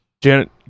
Janet